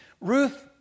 Ruth